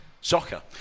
soccer